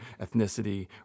ethnicity